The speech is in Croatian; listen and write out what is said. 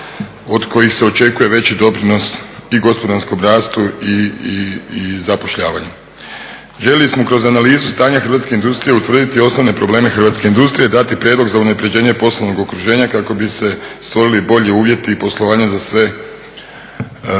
od kojih se očekuje veći doprinos i gospodarskom rastu i zapošljavanju. Željeli smo kroz analizu stanja hrvatske industrije utvrditi osnovne probleme hrvatske industrije, dati prijedlog za unaprjeđenje poslovnog okruženja kako bi se stvorili bolji uvjeti i poslovanje za sve aktere